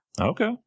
Okay